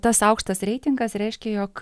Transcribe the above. tas aukštas reitingas reiškia jog